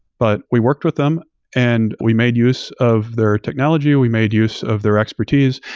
but we worked with them and we made use of their technology, we made use of their expertise.